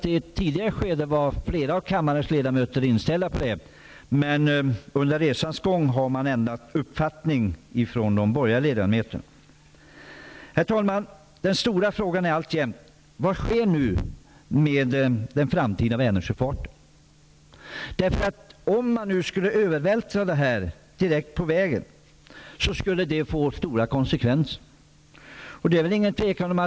I ett tidigare skede var ännu fler av kammarens ledamöter inställda på detta, men under resans gång har de borgerliga ledamöterna ändrat uppfattning. Herr talman! Den stora frågan är alltjämt: Vad sker nu med den framtida Vänersjöfarten? Om man skulle övervältra kostnaderna på regionen skulle det få stora konsekvenser.